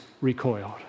recoiled